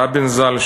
רבין ז"ל,